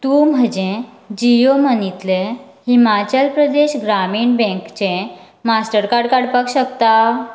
तूं म्हजें जिओ मनीतलें हिमाचल प्रदेश ग्रामीण बँकचें मास्टरकार्ड काडपाक शकता